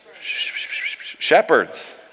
Shepherds